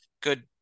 good